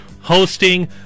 hosting